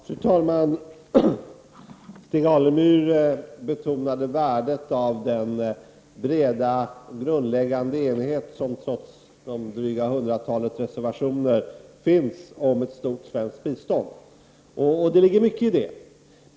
Fru talman! Stig Alemyr betonade värdet av den breda grundläggande enighet som, trots det dryga hundratalet reservationer, finns om ett stort svenskt bistånd. Det ligger mycket i det.